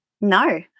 No